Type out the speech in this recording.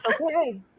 okay